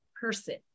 person